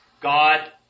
God